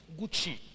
Gucci